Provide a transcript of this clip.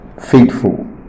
faithful